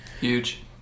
Huge